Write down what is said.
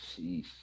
Jeez